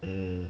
mm